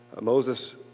Moses